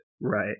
Right